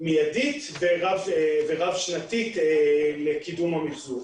מיידית ורב-שנתית לקידום המחזור.